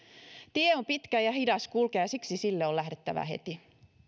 tie on pitkä ja hidas kulkea ja siksi sille on lähdettävä heti